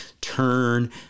Turn